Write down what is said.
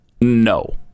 No